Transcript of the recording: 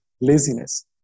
laziness